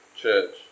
church